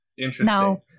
Interesting